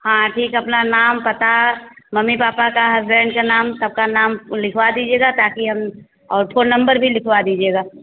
हाँ ठीक है अपना नाम पता मम्मी पापा का हसबैंड का नाम सबका नाम ऊ लिखवा दीजिएगा ताकि हम और फ़ोन नम्बर भी लिखवा दीजिएगा